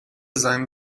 seinen